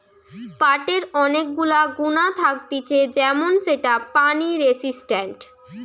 পাটের অনেক গুলা গুণা থাকতিছে যেমন সেটা পানি রেসিস্টেন্ট